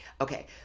Okay